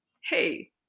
hey